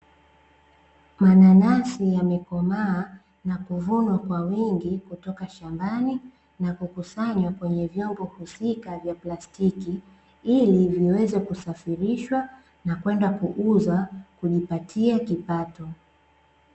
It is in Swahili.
Mananasi yamekomaa na kuvunwa kwa wingi kutoka shambani, na kukusanywa kwenye vyombo husika vya plastiki, ili viweze kusafirishwa na kwenda kuuzwa kujipatia kipato.